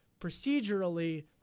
Procedurally